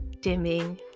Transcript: dimming